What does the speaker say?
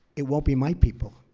it won't be my people.